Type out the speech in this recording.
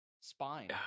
Spine